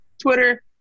Twitter